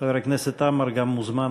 רבה, אדוני היושב-ראש.